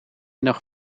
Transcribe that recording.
nog